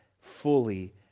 fully